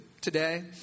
today